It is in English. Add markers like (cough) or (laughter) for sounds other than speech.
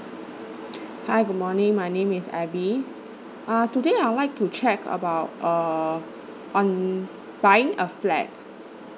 (breath) hi good morning my name is abby uh today I would like to check about uh on buying a flat